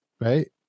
right